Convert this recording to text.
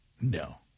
No